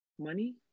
money